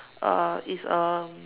uh is um